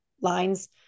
lines